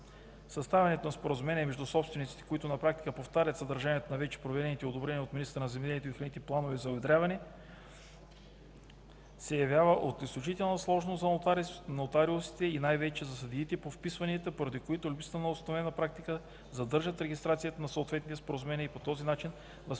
Съставянето на споразумение между собствениците, които на практика повтарят съдържанието на вече проведените и одобрени от министъра на земеделието и храните планове за уедряване, се явява от изключителна сложност за нотариусите и най-вече за съдиите по вписванията, поради които липсата на установена практика задържат регистрацията на съответните споразумения и по този начин възпрепятстват